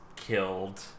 Killed